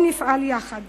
בואו נפעל יחד